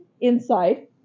inside